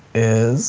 is